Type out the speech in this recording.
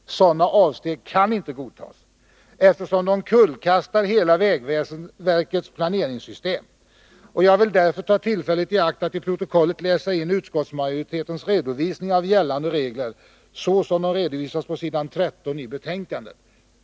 Sådana avsteg kan inte godtas, eftersom de kullkastar hela vägverkets planeringssystem. Jag vill därför ta tillfället i akt att till protokollet läsa in utskottsmajoritetens redovisning av gällande regler, såsom de redovisas på s. 13 i betänkandet.